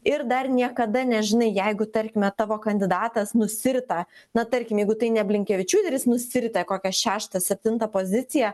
ir dar niekada nežinai jeigu tarkime tavo kandidatas nusirita na tarkim jeigu tai ne blinkevičiūtė ir jis nusirita į kokią šeštą septintą poziciją